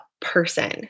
person